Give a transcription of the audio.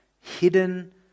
hidden